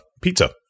pizza